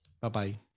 Bye-bye